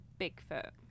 Bigfoot